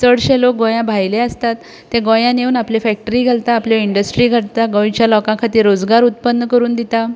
चडशे लोक गोंया भायले आसतात ते गोंयांत येवन आपली फॅक्टरी घालतात गोंयच्या लोकां खातीर रोजगार उत्पन्न करून दितात